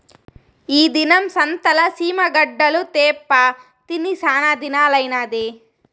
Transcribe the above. ఈ దినం సంతల సీమ గడ్డలు తేప్పా తిని సానాదినాలైనాది